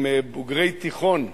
עם בוגרי תיכון,